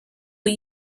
but